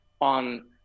on